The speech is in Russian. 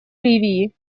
ливии